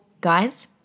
guys